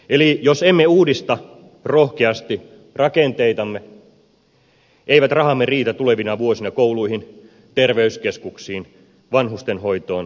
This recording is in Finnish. eli jos emme uudista rohkeasti rakenteitamme eivät rahamme riitä tulevina vuosina kouluihin terveyskeskuksiin vanhustenhoitoon tai eläkkeisiin